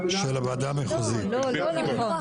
לא נכון.